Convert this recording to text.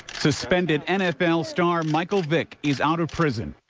suspended nfl star michael vick is out of prison.